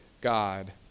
God